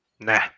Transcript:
Nah